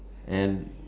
and